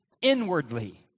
inwardly